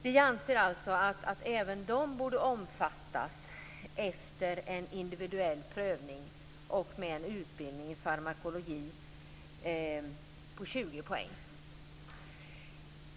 Vi anser att även dessa sjuksköterskor borde innefattas efter en individuell prövning och efter en utbildning i farmakologi om 20 poäng.